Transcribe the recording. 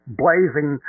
blazing